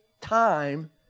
time